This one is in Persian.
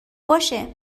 باشه